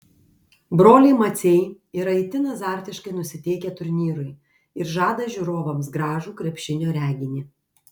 broliai maciai yra itin azartiškai nusiteikę turnyrui ir žada žiūrovams gražų krepšinio reginį